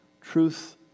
Truth